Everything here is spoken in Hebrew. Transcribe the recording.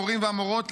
המורים והמורות,